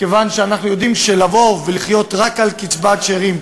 מכיוון שאנחנו יודעים שלחיות רק על קצבת שאירים,